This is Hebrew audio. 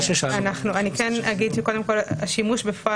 אני כן אגיד קודם כול שהשימוש בפועל